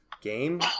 game